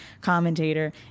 commentator